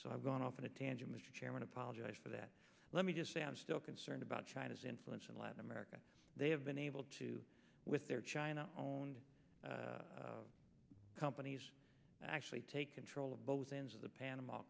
so i've gone off on a tangent mr chairman apologized for that let me just say i'm still concerned about china's influence in latin america they have been able to with their china owned companies actually take control of both ends of the panama